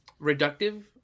reductive